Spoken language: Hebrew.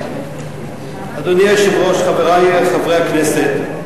אדוני היושב-ראש, חברי חברי הכנסת,